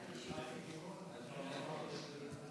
היושב-ראש,